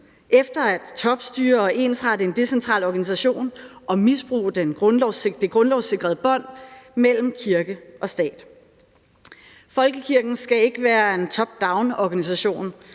efter at topstyre og ensrette en decentral organisation og misbruge det grundlovssikrede bånd mellem kirke og stat. Folkekirken skal ikke være en topdownorganisation